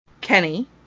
Kenny